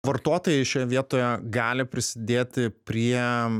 vartotojai šioje vietoje gali prisidėti prie